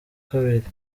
kabiri